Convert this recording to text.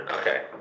okay